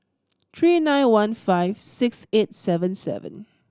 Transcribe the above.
three nine one five six eight seven seven